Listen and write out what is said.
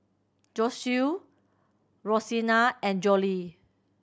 Josue Rosina and Jolie